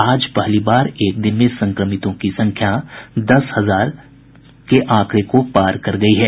आज पहली बार एक दिन में संक्रमितों की संख्या दस हजार के आंकड़े को पार कर गयी है